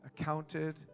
accounted